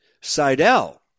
Seidel